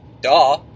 duh